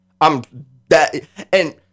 I'm—that—and—